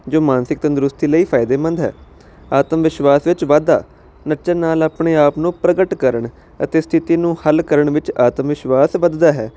ਜੋ ਮਾਨਸਿਕ ਤੰਦਰੁਸਤੀ ਲਈ ਫਾਇਦੇਮੰਦ ਹੈ ਆਤਮ ਵਿਸ਼ਵਾਸ ਵਿੱਚ ਵਾਧਾ ਨੱਚਣ ਨਾਲ ਆਪਣੇ ਆਪ ਨੂੰ ਪ੍ਰਗਟ ਕਰਨ ਅਤੇ ਸਥਿਤੀ ਨੂੰ ਹੱਲ ਕਰਨ ਵਿੱਚ ਆਤਮ ਵਿਸ਼ਵਾਸ ਵਧਦਾ ਹੈ